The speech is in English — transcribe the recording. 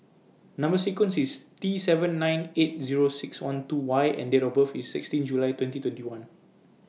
Number sequence IS T seven nine eight Zero six one two Y and Date of birth IS sixteen July twenty twenty one